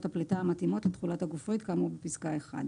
הפליטה המתאימות לתכולת הגופרית כאמור בפסקה (1)".